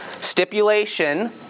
Stipulation